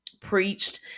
preached